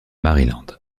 maryland